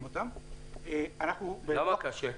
ויתכן -- זה חומר למחשבה